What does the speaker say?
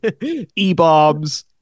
E-bombs